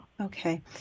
Okay